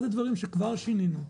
אחד הדברים שכבר שינינו,